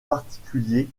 particuliers